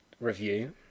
review